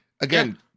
again